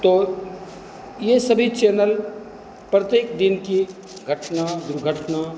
तो यह सभी चैनल प्रत्येक दिन की घटना दुर्घटना